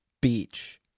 beach